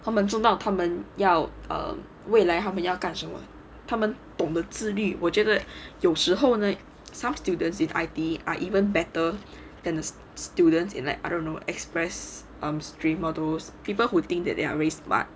他们知道他们要 err 未来他们要干什么他们懂得自律我觉得有时候呢 some students in I_T_E are even better than this students in like I don't know express um streams all those poeple who think that they are really smart